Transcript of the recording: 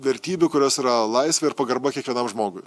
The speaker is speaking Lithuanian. vertybių kurios yra laisvė ir pagarba kiekvienam žmogui